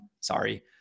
Sorry